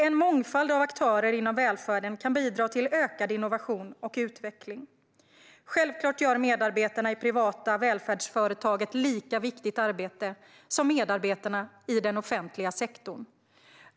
En mångfald av aktörer inom välfärden kan bidra till ökad innovation och utveckling. Självklart gör medarbetarna i privata välfärdsföretag ett lika viktigt arbete som medarbetarna i den offentliga sektorn.